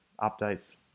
updates